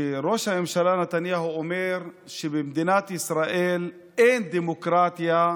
שראש הממשלה נתניהו אומר שבמדינת ישראל אין דמוקרטיה,